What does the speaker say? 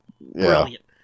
Brilliant